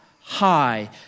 high